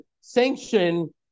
sanction